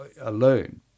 alone